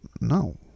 No